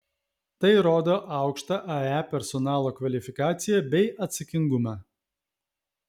tai rodo aukštą ae personalo kvalifikaciją bei atsakingumą